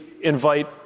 invite